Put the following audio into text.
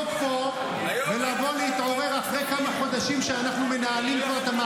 קרעי, אנחנו נביא לכם מקורות.